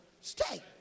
stay